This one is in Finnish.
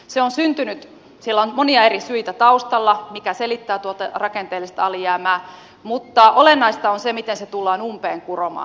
se on syntynyt siellä on monia eri syitä taustalla mikä selittää tuota rakenteellista alijäämää mutta olennaista on se miten se tullaan umpeen kuromaan